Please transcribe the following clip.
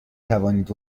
توانید